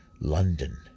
London